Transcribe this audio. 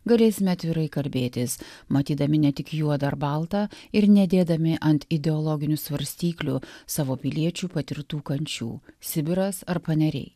galėsime atvirai kalbėtis matydami ne tik juodąar baltą ir nedėdami ant ideologinių svarstyklių savo piliečių patirtų kančių sibiras ar paneriai